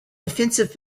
defensive